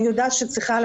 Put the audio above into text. אני יודעת שצריך להיות